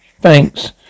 Thanks